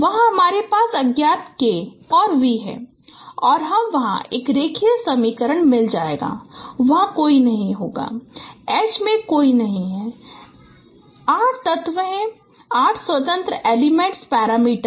वहां हमारे पास अज्ञात k और v है तो हम वहाँ एक रेखीय समीकरण मिल जाएगा वहाँ कोई नहीं होगा H में कोई नहीं है 8 तत्व हैं 8 स्वतंत्र एलीमेंट्स पैरामीटर